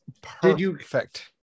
perfect